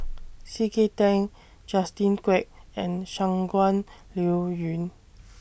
C K Tang Justin Quek and Shangguan Liuyun